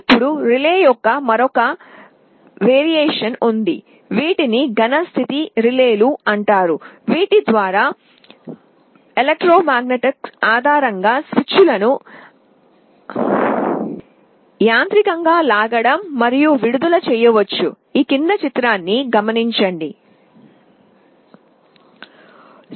ఇప్పుడు రిలే యొక్క మరొక వెర్షన్ ఉంది విద్యుదయస్కాంతాల ఆధారంగా స్విచ్లను యాంత్రికంగా లాగడం మరియు విడుదల చేయడం అయితే వీటిని ఘన స్థితి రిలేలు అంటారు